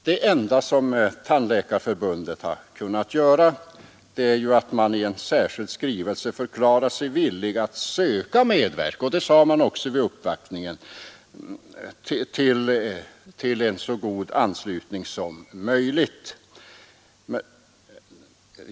Det enda som Tandläkarförbundet har kunnat göra är att man i en skrivelse förklarat sig villig att söka medverka — och det sade man också vid uppvaktningen — till en så god anslutning som möjligt.